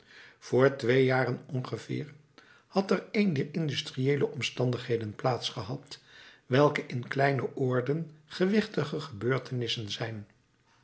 voor twee jaren ongeveer had er een dier industriëele omstandigheden plaats gehad welke in kleine oorden gewichtige gebeurtenissen zijn